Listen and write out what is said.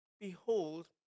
Behold